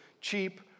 cheap